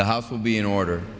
the house will be in order